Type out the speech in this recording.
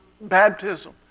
baptism